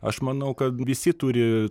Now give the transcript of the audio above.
aš manau kad visi turi